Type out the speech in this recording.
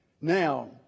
Now